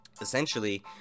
essentially